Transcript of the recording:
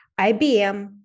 IBM